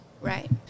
Right